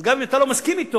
אז גם אם אתה לא מסכים אתו,